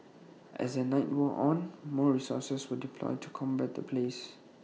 as the night wore on more resources were deployed to combat the blaze